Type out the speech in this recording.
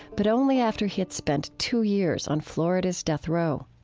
but only after he had spent two years on florida's death row